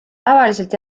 tavaliselt